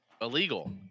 illegal